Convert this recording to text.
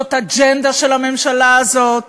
זאת אג'נדה של הממשלה הזאת,